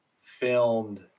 filmed